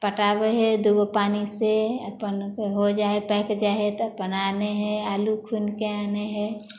पटाबै हइ दूगो पानि से अपन हो जाइ हइ पाकि जाइ हइ तब अपन आनै हइ आलू खुनिके आनै हइ